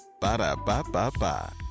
Ba-da-ba-ba-ba